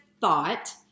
thought